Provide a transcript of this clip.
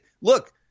look